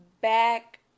back